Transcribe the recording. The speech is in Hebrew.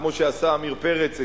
כמו שעשה עמיר פרץ,